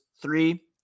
three